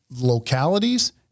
localities